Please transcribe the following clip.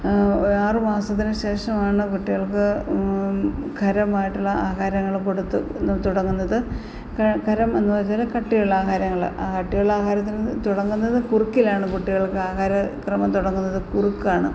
ആറുമാസത്തിന് ശേഷമാണ് കുട്ടികൾക്ക് ഖരമായിട്ടുള്ള ആഹാരങ്ങള് കൊടുത്ത് തുടങ്ങുന്നത് ഖരം എന്ന് വച്ചാല് കട്ടിയുള്ള ആഹാരങ്ങള് കട്ടിയുള്ള ആഹാരത്തിന് തുടങ്ങുന്നത് കുറുക്കിലാണ് കുട്ടികൾക്കാഹാര ക്രമം തുടങ്ങുന്നത് കുറുക്കാണ്